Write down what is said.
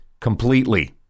completely